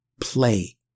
play